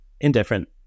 Indifferent